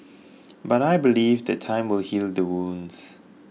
but I believe that time will heal the wounds